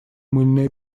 мыльная